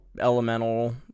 elemental